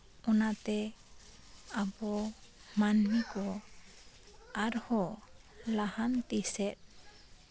ᱚᱱᱟᱛᱮ ᱟᱵᱚ ᱢᱟ ᱱᱢᱤ ᱠᱚ ᱟᱨᱦᱚᱸ ᱞᱟᱦᱟᱱᱛᱤ ᱥᱮᱜ